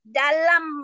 dalam